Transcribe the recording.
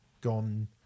gone